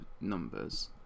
numbers